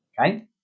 okay